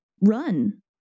run